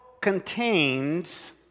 contains